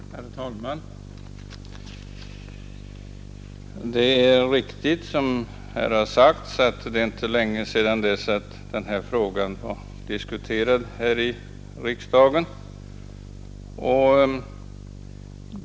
Herr talman! Det är riktigt som här har sagts att det inte är länge sedan den här frågan diskuterades i riksdagen.